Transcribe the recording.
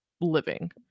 living